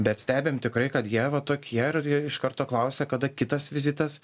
bet stebim tikrai kad jie va tokie ir iš karto klausia kada kitas vizitas